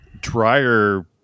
dryer